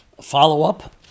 Follow-up